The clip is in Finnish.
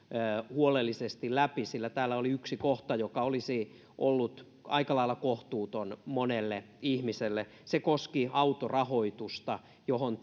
huolellisesti läpi sillä täällä oli yksi kohta joka olisi ollut aika lailla kohtuuton monelle ihmiselle se koski autorahoitusta johon